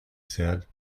said